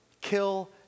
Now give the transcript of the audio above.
kill